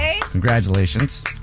Congratulations